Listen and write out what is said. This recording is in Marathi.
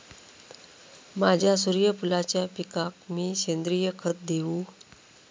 माझ्या सूर्यफुलाच्या पिकाक मी सेंद्रिय खत देवू?